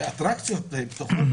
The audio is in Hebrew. והאטרקציות פתוחות.